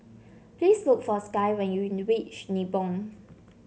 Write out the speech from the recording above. please look for Skye when you reach Nibong